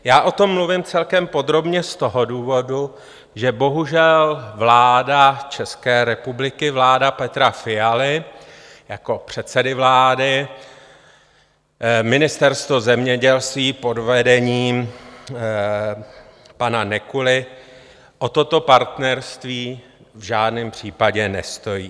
Já o tom mluvím celkem podrobně z toho důvodu, že bohužel vláda České republiky, vláda Petra Fialy jako předsedy vlády, Ministerstvo zemědělství pod vedením pana Nekuly o toto partnerství v žádném případě nestojí.